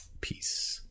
peace